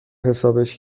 حسابش